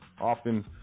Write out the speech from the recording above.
often